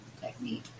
technique